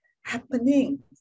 happening